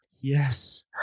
yes